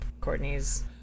Courtney's